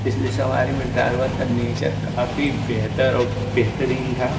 पिछली सवारी में ड्राइवर का नेचर काफी बेहतर और बेहतरीन था